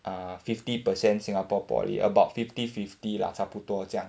ah fifty per cent singapore poly about fifty fifty lah 差不多这样